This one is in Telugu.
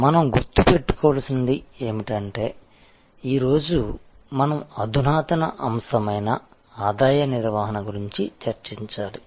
మనం గుర్తుపెట్టుకోవలసినది ఏమిటంటే ఈరోజు మనం అధునాతన అంశమైనా ఆదాయ నిర్వహణ గురించి చర్చించాలి